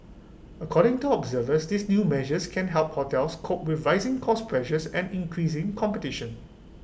according to observers these new measures can help hotels cope with rising cost pressures and increasing competition